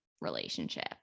relationship